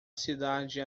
cidade